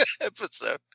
episode